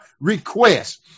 request